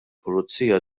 pulizija